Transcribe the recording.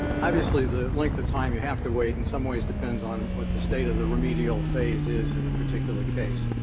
obviously, the length of time you have to wait in some ways depends on what the state of the remedial phase is in the particular case.